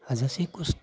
हाजासे खस्थ'